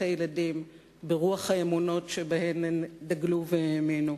הילדים ברוח האמונות שבהן דגלו והאמינו.